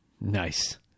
Nice